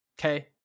okay